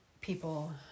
people